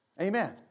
Amen